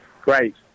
Great